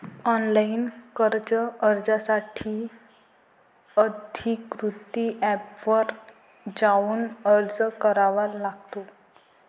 online कर्ज अर्जासाठी अधिकृत एपवर जाऊन अर्ज करावा लागतो